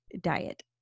diet